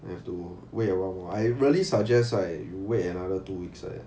you have to wait a while I really suggest right wait another two weeks